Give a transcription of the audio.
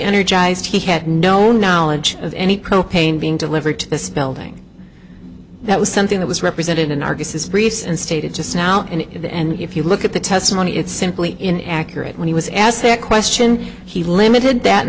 energized he had no knowledge of any propane being delivered to this building that was something that was represented in our guesses briefs and stated just now in the end if you look at the testimony it's simply in accurate when he was asked that question he limited that